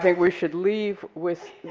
we should leave with